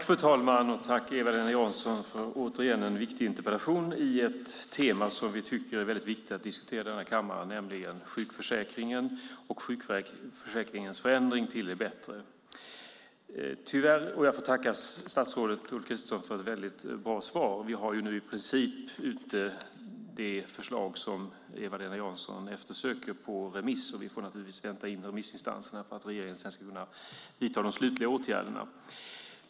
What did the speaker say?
Fru talman! Jag tackar Eva-Lena Jansson för en återigen viktig interpellation på ett tema som vi tycker är väldigt viktigt att diskutera i denna kammare, nämligen sjukförsäkringen och sjukförsäkringens förändring till det bättre. Jag får även tacka statsrådet Ulf Kristersson för ett väldigt bra svar. Vi har i princip ute det förslag Eva-Lena Jansson eftersöker på remiss, och vi får naturligtvis vänta in remissinstanserna för att regeringen sedan ska kunna vidta de slutliga åtgärderna.